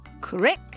Crick